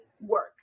work